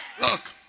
Look